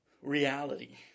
reality